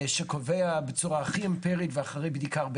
שקובע בצורה הכי אמפירית ואחרי בדיקה הרבה